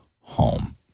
home